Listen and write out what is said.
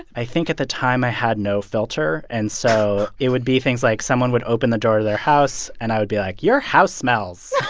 i think at the time, i had no filter. and so it would be things like someone would open the door to their house, and i would be like, your house smells